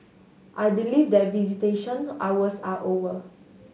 I believe that visitation hours are over